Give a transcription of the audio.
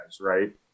right